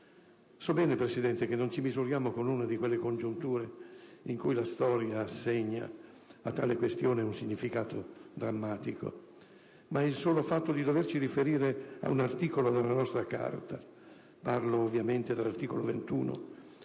So bene, signor Presidente, che non ci misuriamo con una di quelle congiunture in cui la storia assegna a tale questione un significato drammatico, ma il solo fatto di doverci riferire a un articolo della nostra Carta (parlo ovviamente dell'articolo 21)